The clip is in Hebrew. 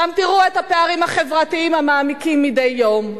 שם תראו את הפערים החברתיים המעמיקים מדי יום,